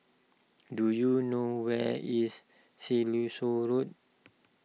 do you know where is Siloso Road